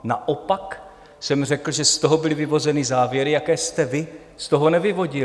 Naopak jsem řekl, že z toho byly vyvozeny závěry, jaké jste vy z toho nevyvodili.